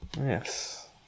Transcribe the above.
Yes